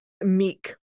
meek